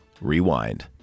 rewind